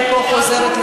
תודה.